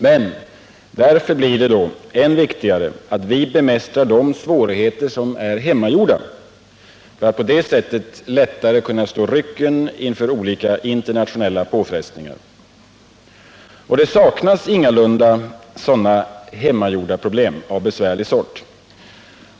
Det blir då än viktigare att vi bemästrar de svårigheter som är hemmagjorda för att stå rycken inför olika internationella påfrestningar. Det saknas ingalunda hemmagjorda problem av besvärligt slag.